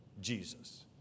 Jesus